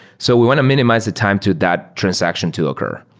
so we want to minimize the time to that transaction to occur.